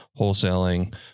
wholesaling